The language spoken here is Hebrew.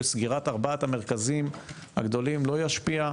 סגירת ארבעת המרכזים הגדולים לא ישפיע,